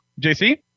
JC